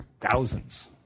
thousands